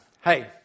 Hey